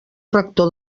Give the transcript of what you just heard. rector